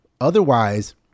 Otherwise